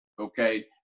okay